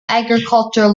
agricultural